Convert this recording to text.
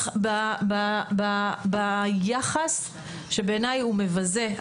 זה ביחס שבעיניי הוא מבזה.